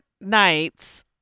nights